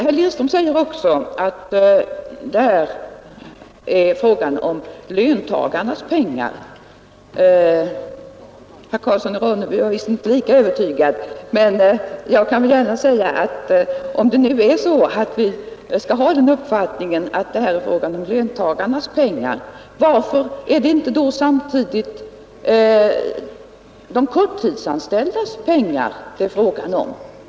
Herr Lindström hävdar vidare att det är fråga om löntagarnas pengar. Herr Karlsson i Ronneby var visst inte lika övertygad om det. Jag kan väl gärna säga att om vi skall ha uppfattningen att det är fråga om löntagarnas pengar, varför är det inte då samtidigt fråga om de korttidsanställdas pengar?